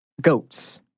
goats